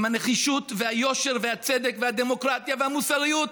עם הנחישות והיושר והצדק והדמוקרטיה והמוסריות.